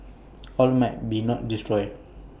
all might not be destroyed